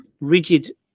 rigid